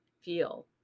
feel